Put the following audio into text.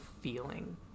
feeling